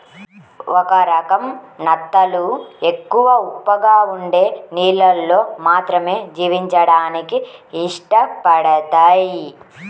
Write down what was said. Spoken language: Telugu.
ఒక రకం నత్తలు ఎక్కువ ఉప్పగా ఉండే నీళ్ళల్లో మాత్రమే జీవించడానికి ఇష్టపడతయ్